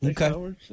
Okay